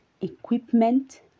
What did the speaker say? equipment